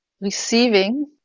receiving